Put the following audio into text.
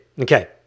okay